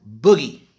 Boogie